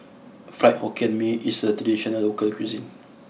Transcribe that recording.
Fried Hokkien Mee is a traditional local cuisine